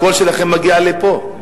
הקול שלכם מגיע לפה.